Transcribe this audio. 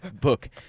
Book